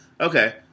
Okay